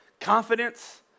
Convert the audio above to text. confidence